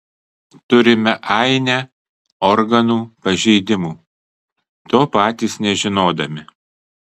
turime ainę organų pažeidimų to patys nežinodami